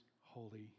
Holy